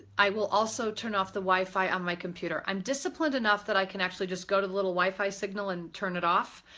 i will also turn off the wi-fi on my computer. i'm disciplined enough that i can actually just go to the little wi-fi signal and turn it off.